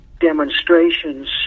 demonstrations